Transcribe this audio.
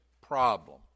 problem